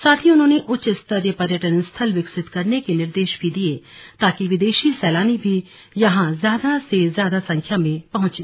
साथ ही उन्होंने उच्च स्तरीय पर्यटन स्थल विकसित करने के निर्देश भी दिये ताकि विदेशी सैलानी भी यहां ज्यादा संख्या में पहुंचे